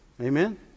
Amen